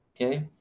okay